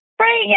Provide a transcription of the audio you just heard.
right